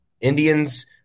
Indians –